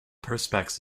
perspex